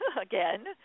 again